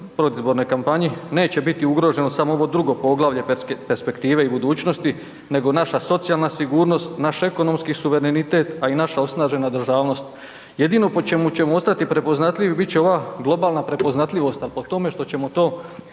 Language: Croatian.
predizbornoj kampanji, neće biti ugroženo samo ovo drugo poglavlje perspektive i budućnosti nego naša socijalna sigurnost, naš ekonomski suverenitet a i naša osnažena državnost. Jedino po čemu ćemo ostati prepoznatljivi bit će ova globalna prepoznatljivost ali po tome što ćemo to